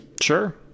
Sure